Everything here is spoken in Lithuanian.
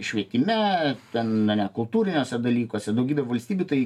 švietime ten mene kultūriniuose dalykuose daugybė valstybių tai